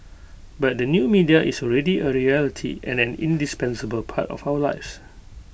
but the new media is already A reality and an indispensable part of our lives